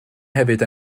hefyd